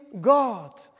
God